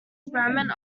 experiment